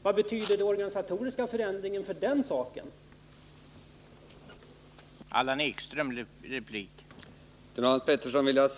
Vad betyder då den organisatoriska förändringen i det avseendet?